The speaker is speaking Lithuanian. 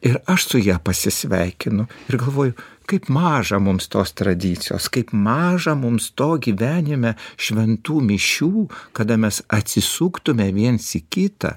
ir aš su ja pasisveikinu ir galvoju kaip maža mums tos tradicijos kaip maža mums to gyvenime šventų mišių kada mes atsisuktume viens į kitą